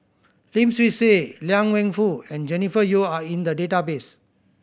Lim Swee Say Liang Wenfu and Jennifer Yeo are in the database